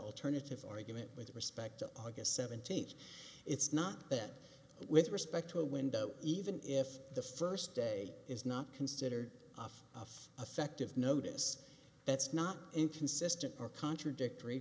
alternative argument with respect to august seventeenth it's not that with respect to a window even if the first day is not considered off effect of notice that's not inconsistent or contradictory